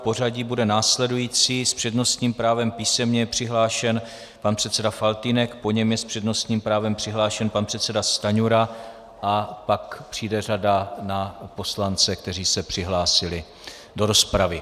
Pořadí bude následující: s přednostním právem písemně je přihlášen pan předseda Faltýnek, po něm je s přednostním právem přihlášen pan předseda Stanjura a pak přijde řada na poslance, kteří se přihlásili do rozpravy.